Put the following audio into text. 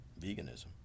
veganism